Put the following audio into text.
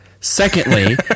Secondly